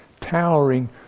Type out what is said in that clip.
towering